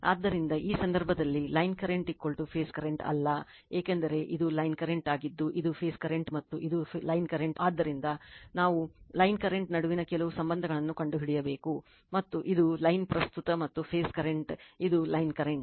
ಆದ್ದರಿಂದ ಈ ಸಂದರ್ಭದಲ್ಲಿ ಲೈನ್ ಕರೆಂಟ್ ಫೇಸ್ ಕರೆಂಟ್ ಅಲ್ಲ ಏಕೆಂದರೆ ಇದು ಲೈನ್ ಕರೆಂಟ್ ಆಗಿದ್ದು ಇದು ಫೇಸ್ ಕರೆಂಟ್ ಮತ್ತು ಇದು ಲೈನ್ ಕರೆಂಟ್ ಆದ್ದರಿಂದ ನಾವು ಲೈನ್ ಕರೆಂಟ್ ನಡುವಿನ ಕೆಲವು ಸಂಬಂಧಗಳನ್ನು ಕಂಡುಹಿಡಿಯಬೇಕು ಮತ್ತು ಇದು ಲೈನ್ ಪ್ರಸ್ತುತ ಮತ್ತು ಫೇಸ್ ಕರೆಂಟ್ ಇದು ಲೈನ್ ಕರೆಂಟ್